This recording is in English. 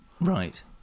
Right